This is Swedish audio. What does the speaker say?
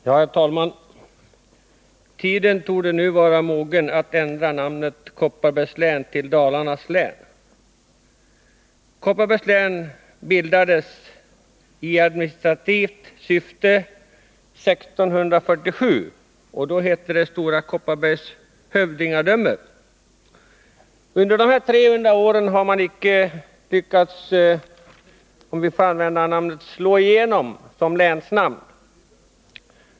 Herr talman! Tiden torde nu vara mogen för en ändring av namnet Kopparbergs län till Dalarnas län. Kopparbergs län bildades i administrativt syfte 1647 och fick då benämningen Stora Kopparbergs hövdingadöme. Under de gångna 300 åren har Kopparberg inte lyckats — låt mig använda uttrycket — slå igenom som länsnamn.